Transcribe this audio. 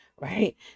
Right